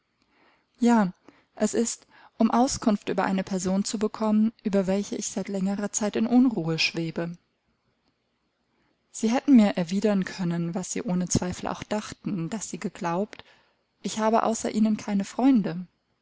ja es ist um auskunft über eine person zu bekommen über welche ich seit längerer zeit in unruhe schwebe sie hätten mir erwidern können was sie ohne zweifel auch dachten daß sie geglaubt ich habe außer ihnen keine freunde